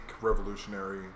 revolutionary